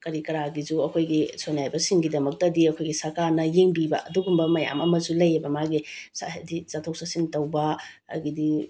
ꯀꯔꯤ ꯀꯔꯥꯒꯤꯁꯨ ꯑꯩꯈꯣꯏꯒꯤ ꯁꯣꯏꯅꯥꯏꯕꯁꯤꯡꯒꯤꯗꯃꯛꯇꯗꯤ ꯑꯩꯈꯣꯏꯒꯤ ꯁꯔꯀꯥꯔꯅ ꯌꯦꯡꯕꯤꯕ ꯑꯗꯨꯒꯨꯝꯕ ꯃꯌꯥꯝ ꯑꯃꯁꯨ ꯂꯩꯑꯦꯕ ꯃꯥꯒꯤ ꯍꯥꯏꯗꯤ ꯆꯠꯊꯣꯛ ꯆꯠꯁꯤꯟ ꯇꯧꯕ ꯑꯗꯨꯗꯒꯤꯗꯤ